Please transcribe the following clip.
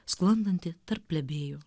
sklandantį tarp plebėjų